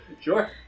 Sure